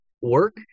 work